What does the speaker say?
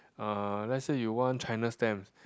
uh let's say you want China stamps